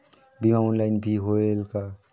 बीमा ऑनलाइन भी होयल का?